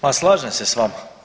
Pa slažem se s vama.